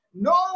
no